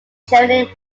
germany